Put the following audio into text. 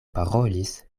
parolis